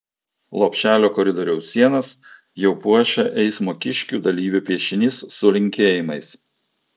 lopšelio koridoriaus sienas jau puošia eismo kiškių dalyvių piešinys su linkėjimais